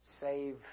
save